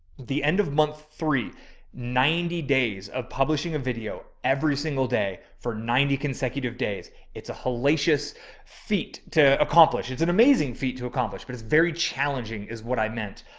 the end of month, three ninety days of publishing a video every single day for ninety consecutive days. it's a helacious feat to accomplish. it's an amazing feat to accomplish, but it's very challenging is what i meant.